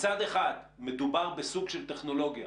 מצד אחד מדובר בסוג של טכנולוגיה